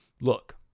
look